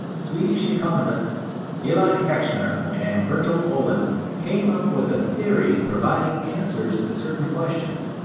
swedish economists eli heckscher and bertil ohlin came up with a theory providing answers to certain questions,